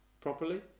properly